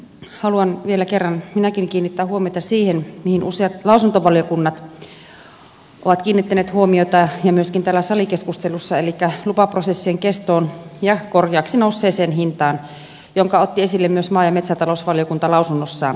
haluan vielä kerran minäkin kiinnittää huomiota siihen mihin useat lausuntovaliokunnat ovat kiinnittäneet huomiota ja mihin myöskin täällä salikeskustelussa on kiinnitetty huomiota elikkä lupaprosessien kestoon ja korkeaksi nousseeseen hintaan jonka otti esille myös maa ja metsätalousvaliokunta lausunnossaan